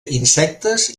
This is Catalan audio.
insectes